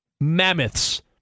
mammoths